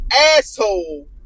asshole